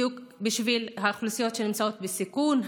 בדיוק בשביל האוכלוסיות שנמצאות בסיכון,